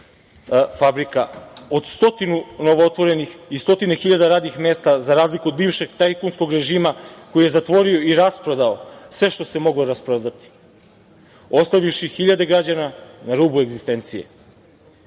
fabrika, od stotinu novootvorenih i stotine hiljada radnih mesta, za razliku od bivšeg tajkunskog režima koji je zatvorio i rasprodao sve što se moglo rasprodati, ostavivši hiljade građana na rubu egzistencije.